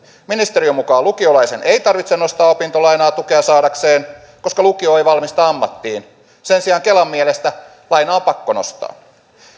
ministeriön mukaan lukiolaisen ei tarvitse nostaa opintolainaa tukea saadakseen koska lukio ei valmista ammattiin sen sijaan kelan mielestä lainaa on pakko nostaa